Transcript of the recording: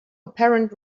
apparent